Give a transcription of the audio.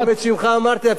את שמך אמרתי,